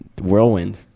whirlwind